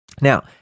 Now